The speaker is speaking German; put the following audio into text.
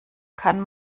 kann